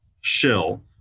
shill